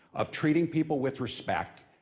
of treating people with respect,